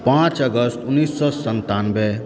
पाँच अगस्त उन्नैस सए संतानबे